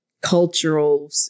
Cultural